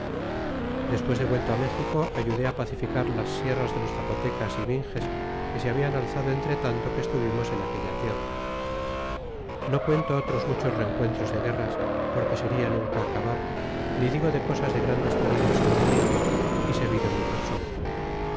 pues de vuelto méxico ayudé á pacificar las sierras de los zapotecas y minges que se habian alzado entretanto que estuvimos en aquella guerra no cuento otros muchos rencuentros de guerra porque seria nunca acabar ni digo de cosas de grandes peligros en que me halle y se vido mi persona